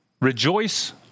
rejoice